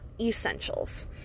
essentials